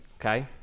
Okay